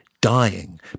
Dying